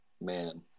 Man